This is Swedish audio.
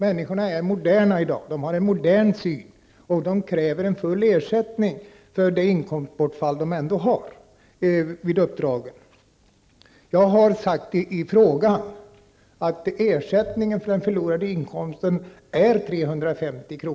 Människor är moderna i dag, och de har en modern syn. De kräver en full ersättning för det inkomstbortfall som uppstår i uppdraget. Jag har i frågan angivit att ersättningen för den förlorade inkomsten är 350 kr.